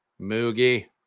Moogie